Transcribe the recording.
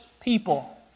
people